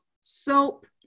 soap